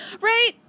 Right